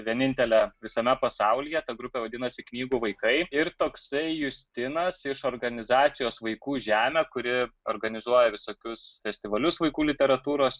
vienintelė visame pasaulyje ta grupė vadinasi knygų vaikai ir toksai justinas iš organizacijos vaikų žemė kuri organizuoja visokius festivalius vaikų literatūros